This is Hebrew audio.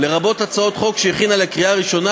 לרבות הצעת חוק שהכינה לקריאה הראשונה